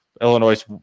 Illinois